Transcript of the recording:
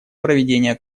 проведения